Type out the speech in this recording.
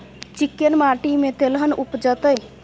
चिक्कैन माटी में तेलहन उपजतै?